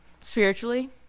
spiritually